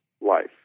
life